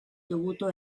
dovuto